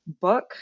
book